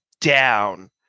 down